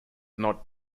not